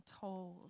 told